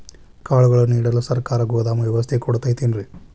ಕಾಳುಗಳನ್ನುಇಡಲು ಸರಕಾರ ಗೋದಾಮು ವ್ಯವಸ್ಥೆ ಕೊಡತೈತೇನ್ರಿ?